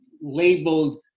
labeled